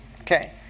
Okay